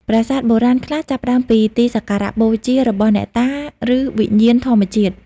ប្រាសាទបុរាណ ខ្លះចាប់ផ្តើមពីទីសក្ការៈបូជារបស់អ្នកតា ឬវិញ្ញាណធម្មជាតិ។